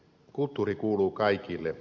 kulttuuri kuuluu kaikille